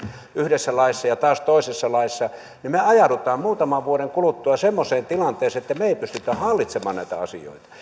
yhdessä laissa ja taas toisessa laissa niin me ajaudumme muutaman vuoden kuluttua semmoiseen tilanteeseen että me emme pysty hallitsemaan näitä asioita